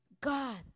God